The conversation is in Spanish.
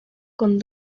con